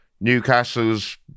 Newcastle's